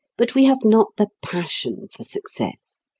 but we have not the passion for success.